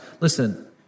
Listen